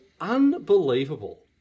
unbelievable